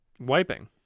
Wiping